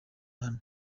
hano